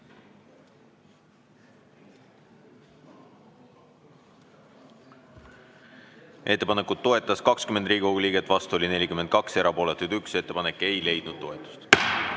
Ettepanekut toetas 20 Riigikogu liiget, vastu oli 42, erapooletuid 1. Ettepanek ei leidnud toetust.